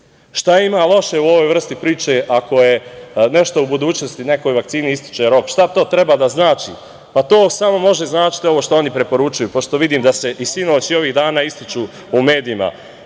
ima loše u ovoj vrsti priče, ako je nešto u budućnosti nekoj vakcini ističe rok, šta to treba da znači? Pa, to samo može značiti ovo što oni preporučuju, pošto vidim da se i sinoć, i ovih dana, ističu u medijima.